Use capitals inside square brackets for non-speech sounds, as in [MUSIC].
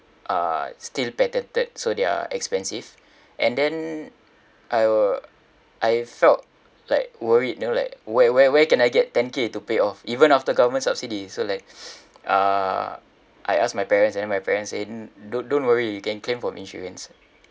uh still patented so they're expensive and then I were I felt like worried you know like where where where can I get ten K to pay off even after government subsidies so like [BREATH] uh I asked my parents then my parents say don't don't worry you can claim from insurance